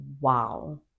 Wow